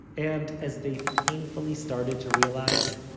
and, as they painfully started to realize,